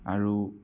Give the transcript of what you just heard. আৰু